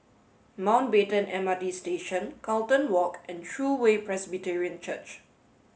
Mountbatten M R T Station Carlton Walk and True Way Presbyterian Church